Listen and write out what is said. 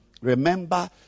Remember